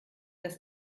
das